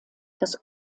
das